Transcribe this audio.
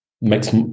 makes